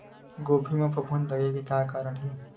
गोभी म फफूंद लगे के का कारण हे?